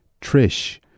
Trish